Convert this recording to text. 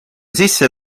sisse